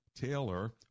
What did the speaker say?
Taylor